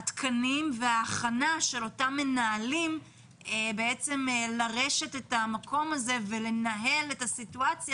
התקנים וההכנה של אותם מנהלים לרשת את המקום הזה ולנהל את הסיטואציה,